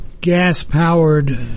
gas-powered